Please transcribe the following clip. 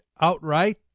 outright